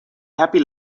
happy